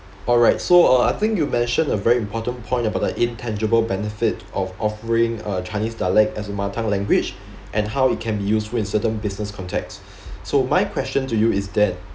alright so uh I think you mentioned a very important point about the intangible benefit of offering uh chinese dialect as a mother tongue language and how it can be useful in certain business context so my question to you is that